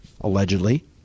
allegedly